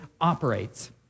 operates